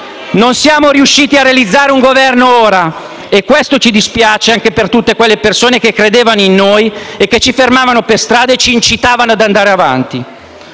Non siamo riusciti a realizzare un Governo ora e questo ci dispiace anche per tutte quelle persone che credevano in noi e che ci fermavano per strada e ci incitavano ad andare avanti.